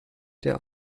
der